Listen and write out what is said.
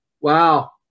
Wow